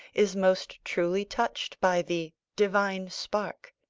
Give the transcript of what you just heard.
is most truly touched by the divine spark.